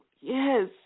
Yes